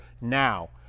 now